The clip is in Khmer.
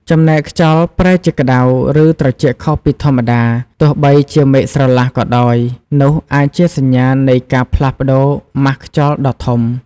ចំណែកខ្យល់ប្រែជាក្តៅ ឬត្រជាក់ខុសពីធម្មតាទោះបីជាមេឃស្រឡះក៏ដោយ នោះអាចជាសញ្ញានៃការផ្លាស់ប្តូរម៉ាស់ខ្យល់ដ៏ធំ។